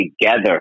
together